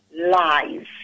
lies